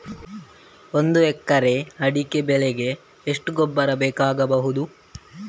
ಒಂದು ಎಕರೆ ಅಡಿಕೆ ಬೆಳೆಗೆ ಎಷ್ಟು ಗೊಬ್ಬರ ಬೇಕಾಗಬಹುದು?